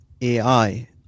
AI